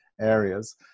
areas